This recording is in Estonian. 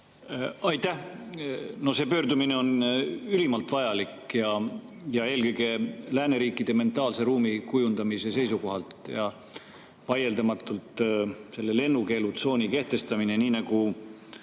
Aitäh! No see pöördumine on ülimalt vajalik, eelkõige lääneriikide mentaalse ruumi kujundamise seisukohalt. Vaieldamatult on selle lennukeelutsooni kehtestamine, nii nagu